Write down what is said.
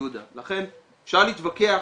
אפשר להתווכח,